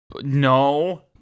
No